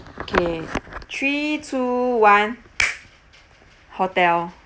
okay three two one hotel